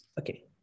Okay